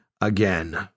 again